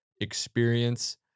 experience